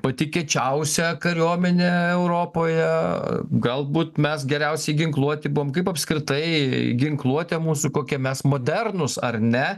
pati kiečiausia kariuomenė europoje galbūt mes geriausiai ginkluoti buvom kaip apskritai ginkluotė mūsų kokia mes modernūs ar ne